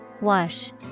Wash